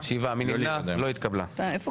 אתה מסכים איתי?